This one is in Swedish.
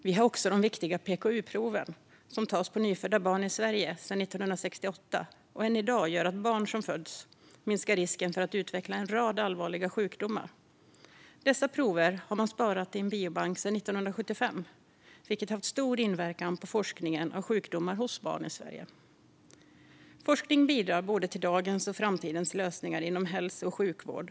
Vi har också de viktiga PKU-proven, som tas på nyfödda barn i Sverige sedan 1968 och än i dag gör att barn som föds har mindre risk att utveckla en rad allvarliga sjukdomar. Dessa prover har man sparat i en biobank sedan 1975, vilket haft stor inverkan på forskningen om sjukdomar hos barn i Sverige. Forskningen bidrar till både dagens och framtidens lösningar inom hälso och sjukvården.